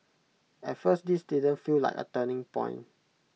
at first this didn't feel like A turning point